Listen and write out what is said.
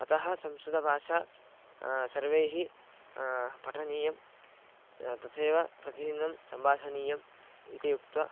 अतः संस्कृतभाषा सर्वैः पठनीया तथैव प्रतिदिनं सम्भाषणीया इति उक्त्वा